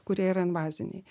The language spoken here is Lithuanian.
kurie yra invaziniai